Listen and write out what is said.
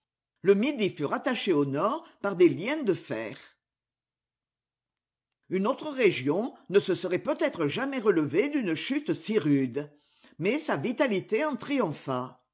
le midi fut rattaché au nord par des liens de fer une autre région ne se serait peut-être jamais relevée d'une chute si rude mais sa vitalité en triompha